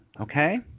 Okay